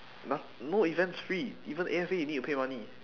no~ no event's free even A_F_A you need to pay money